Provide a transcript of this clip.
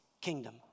kingdom